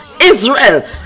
israel